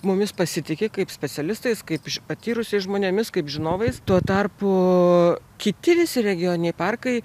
mumis pasitiki kaip specialistais kaip iš patyrusiais žmonėmis kaip žinovais tuo tarpu kiti visi regioniniai parkai